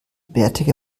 bärtige